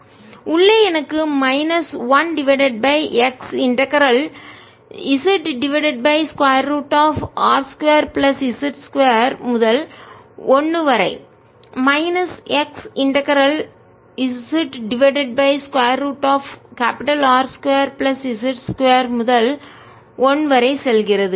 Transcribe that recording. உள்ளே எனக்கு minus 1 divided by x integral ஒருங்கிணைப்பின் z divided by square root of R 2 plus z முதல் 1 வரை மைனஸ் x இன்டகரல் ஒருங்கிணைப்பின் z divided by square root of R 2 plus z 2 முதல் 1 வரை செல்கிறது